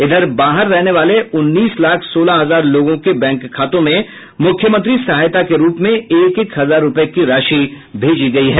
इधर बाहर रहने वाले उन्नीस लाख सोलह हजार लोगों के बैंक खातों में मुख्यमंत्री सहायता के रूप में एक एक हजार रूपये की राशि भेजी गयी है